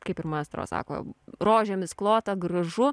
kaip ir maestro sako rožėmis klota gražu